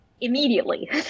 immediately